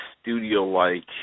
studio-like